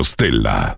Stella